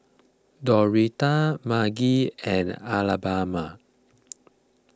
Doretta Margy and Alabama